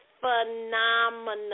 phenomenal